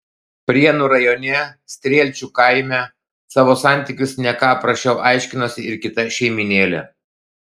prienų rajone strielčių kaime savo santykius ne ką prasčiau aiškinosi ir kita šeimynėlė